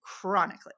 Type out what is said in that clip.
chronically